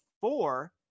four